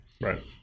right